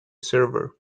server